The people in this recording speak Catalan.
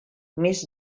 més